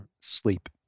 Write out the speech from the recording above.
sleep